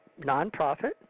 nonprofit